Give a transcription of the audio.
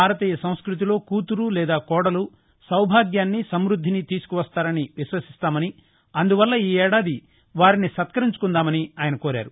భారతీయ సంస్కృతిలో కూతురు లేదా కోడలు సౌభాగ్యాన్ని సమ ృద్దినీ తీసుకు వస్తారని విశ్వసిస్తామని అందువల్ల ఈ ఏడాది వారిని సత్కరించుకుందామని ఆయన కోరారు